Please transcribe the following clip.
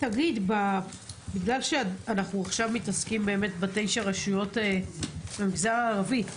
בגלל שאנחנו עכשיו מתעסקים בתשע הרשויות במגזר הערבי,